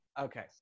Okay